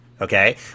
Okay